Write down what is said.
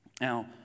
Now